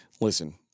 Listen